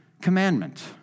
commandment